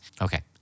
Okay